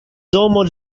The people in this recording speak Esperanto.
domo